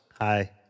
Hi